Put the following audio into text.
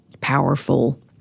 powerful